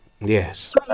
Yes